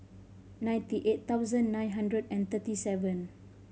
ninety eight thousand nine hundred and thirty seven